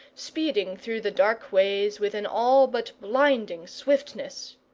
speeding through the dark ways with an all but blinding swiftness.